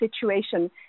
situation